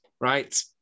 Right